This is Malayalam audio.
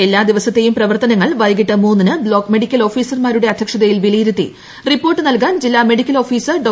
എല്ലാ ദിവസത്തെയ്യുഐ പ്രിവർത്തനങ്ങൾ വൈകിട്ട് മൂന്നിന് ബ്ലോക്ക് മെഡിക്കൽ ഓഫ്ീസ്ർമാരുടെ അധ്യക്ഷതയിൽ വിലയിരുത്തി റിപ്പോർട്ട് നൽകാൻ ജില്ലാ മെഡിക്കൽ ഓഫീസർ ഡോ